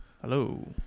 hello